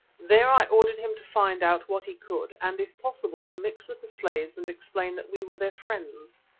there i ordered him to find out what he could, and if possible to mix with the slaves and explain that we were their friends.